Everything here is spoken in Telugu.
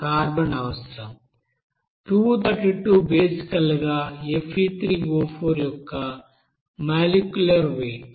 232 బేసికల్ గా Fe3O4 యొక్క మొలిక్యూలర్ వెయిట్